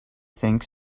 think